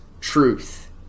truth